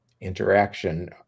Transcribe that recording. interaction